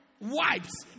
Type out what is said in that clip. wipes